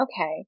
Okay